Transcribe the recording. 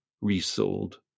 resold